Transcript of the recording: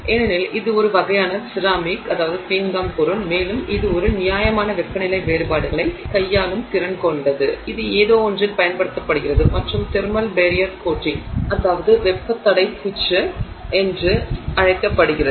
ஏனெனில் இது ஒரு வகையான செராமிக் பொருள் மேலும் இது ஒரு நியாயமான வெப்பநிலை வேறுபாடுகளைக் கையாளும் திறன் கொண்டது இது ஏதோ ஒன்றில் பயன்படுத்தப்படுகிறது மற்றும் தெர்மல் பேரியர் கோட்டிங் என்று அழைக்கப்படுகிறது